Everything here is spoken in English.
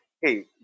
hey